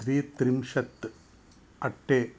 द्वात्रिंशत् अट्टे